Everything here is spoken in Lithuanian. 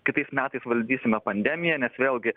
kitais metais valdysime pandemiją nes vėlgi